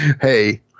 hey